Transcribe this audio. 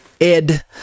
Ed